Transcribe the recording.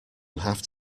have